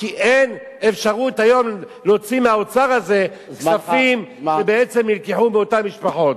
כי אין אפשרות היום להוציא מהאוצר הזה כספים שבעצם נלקחו מאותן משפחות.